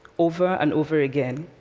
over and over again,